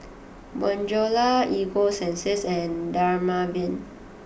Bonjela Ego sunsense and Dermaveen